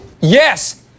Yes